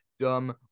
dumb